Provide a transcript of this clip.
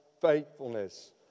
faithfulness